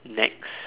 Nex